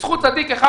בזכות צדיק אחד,